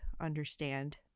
understand